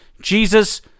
Jesus